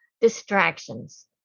distractions